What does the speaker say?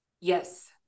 yes